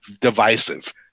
divisive